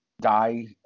die